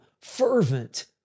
fervent